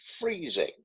freezing